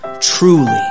Truly